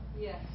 Yes